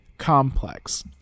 complex